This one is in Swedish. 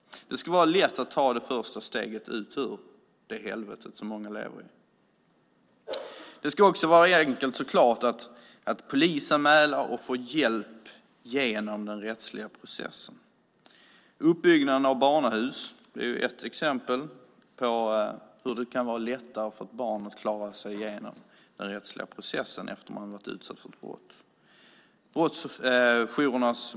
Det ska vara lätt att ta det första steget ut ur det helvete som många lever i. Det ska också vara enkelt att polisanmäla och att få hjälp genom den rättsliga processen. Uppbyggnaden av barnahus är ett exempel på hur det kan vara lättare för ett barn att klara sig genom den rättsliga processen efter att ha varit offer för brott.